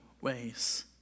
ways